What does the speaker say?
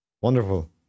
Wonderful